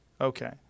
Okay